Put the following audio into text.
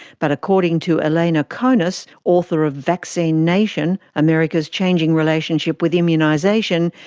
but according to elena conis, author of vaccine nation america's changing relationship with immunization,